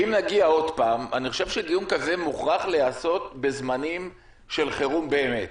אני חושב שדיון כזה מוכרח להיעשות בזמנים של חירום באמת.